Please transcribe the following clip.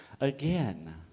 again